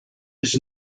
his